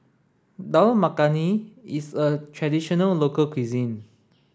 Dal Makhani is a traditional local cuisine